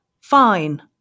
Fine